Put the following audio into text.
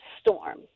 storm